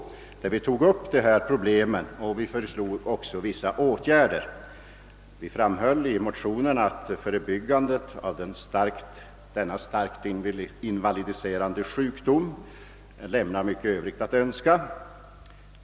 Vi tog då upp silikosproblemet och föreslog vissa åtgärder samt framhöll att de förebyggande åtgärderna mot denna starkt inwvalidiserande sjukdom lämnade mycket övrigt att önska.